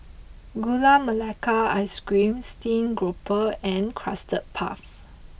Gula Melaka Ice Cream Steamed Grouper and Custard Puff